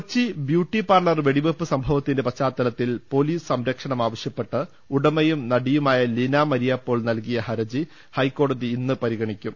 Kochi beauty parlour വെടിവെപ്പ് സംഭവത്തിന്റെ പശ്ചാത്തലത്തിൽ പൊലീസ് സംരക്ഷണമാവശ്യപ്പെട്ട് ഉടമയും നടിയുമായ ലീന മരിയ പോൾ നൽകിയ ഹർജി ഹൈക്കോടതി ഇന്ന് പരിഗണിക്കും